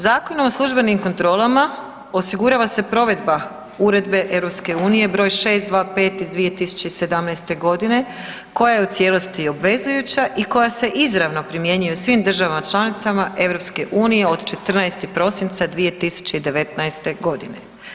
Zakonom o službenim kontrolama osigurava se provedba Uredbe EU br. 625 iz 2017. g. koja je u cijelosti obvezujuća i koja se izravno primjenjuje u svim državama članicama EU-a od 14. prosinca 2019. godine.